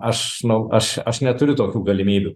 aš nu aš aš neturiu tokių galimybių